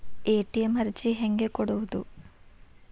ATM ಅರ್ಜಿ ಹೆಂಗೆ ಕೊಡುವುದು?